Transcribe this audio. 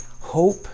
Hope